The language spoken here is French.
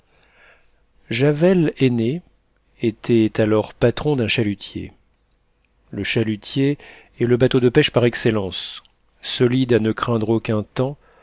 javel aîné était alors patron d'un chalutier le chalutier est le bateau de pêche par excellence solide à ne craindre aucun temps